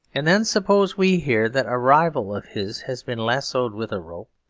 and then suppose we hear that a rival of his has been lassoed with a rope,